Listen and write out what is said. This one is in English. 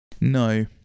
No